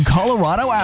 Colorado